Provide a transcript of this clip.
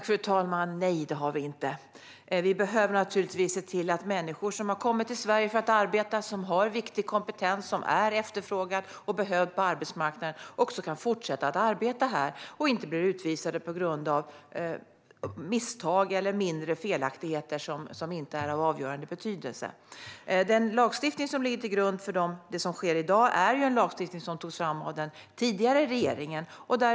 Fru talman! Nej, det har vi inte. Vi behöver naturligtvis se till att människor som har kommit till Sverige för att arbeta, som har viktig kompetens, som är efterfrågade och som behövs på arbetsmarknaden också kan fortsätta att arbeta här och inte blir utvisade på grund av misstag eller mindre felaktigheter som inte är av avgörande betydelse. Den lagstiftning som ligger till grund för det som sker i dag togs ju fram av den tidigare regeringen.